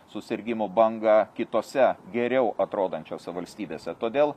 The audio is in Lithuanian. susirgimų banga kitose geriau atrodančiose valstybėse todėl